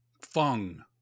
Fung